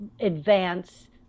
advance